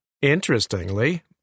Interestingly